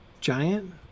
giant